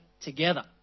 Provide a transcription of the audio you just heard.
together